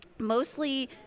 Mostly